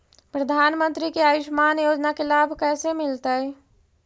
प्रधानमंत्री के आयुषमान योजना के लाभ कैसे मिलतै?